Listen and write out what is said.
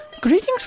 Greetings